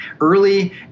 early